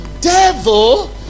devil